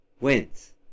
wins